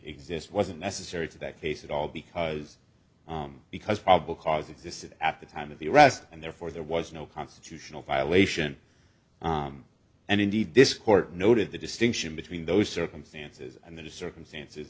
exist wasn't necessary to that case at all because because probable cause existed at the time of the ross and therefore there was no constitutional violation and indeed this court noted the distinction between those circumstances and the circumstances